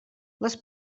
les